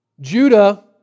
Judah